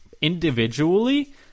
Individually